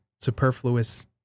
superfluous